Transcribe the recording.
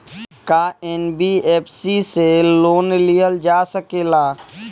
का एन.बी.एफ.सी से लोन लियल जा सकेला?